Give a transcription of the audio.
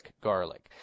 Garlic